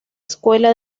escuela